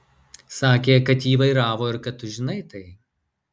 sakė kad jį vairavo ir kad tu žinai tai